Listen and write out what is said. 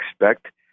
expect